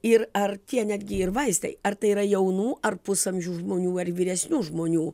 ir ar tie netgi ir vaistai ar tai yra jaunų ar pusamžių žmonių ar vyresnių žmonių